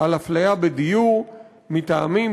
הפליה בדיור מטעמים,